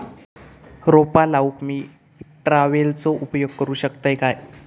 रोपा लाऊक मी ट्रावेलचो उपयोग करू शकतय काय?